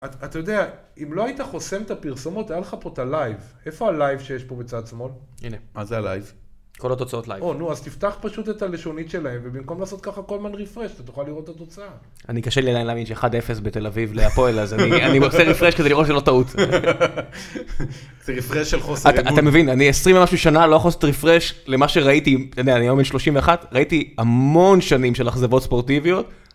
אתה יודע, אם לא היית חוסם את הפרסומות, היה לך פה את ה-Live. איפה ה-Live שיש פה בצד שמאל? הנה. מה זה ה-Live. כל התוצאות Live. או, נו, אז תפתח פשוט את הלשונית שלהם, ובמקום לעשות ככה כל הזמן רפרש, אתה תוכל לראות את התוצאה. אני קשה לי להאמין ש-1-0 בתל אביב, להפועל, אז אני רוצה רפרש כדי לראות שזה לא טעות. זה רפרש של חוסר אמון. אתה מבין, אני 20 משהו שנה לא יכול לעשות רפרש, למה שראיתי, הנה, אני היום בן 31, ראיתי המון שנים של אכזבות ספורטיביות.